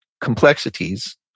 complexities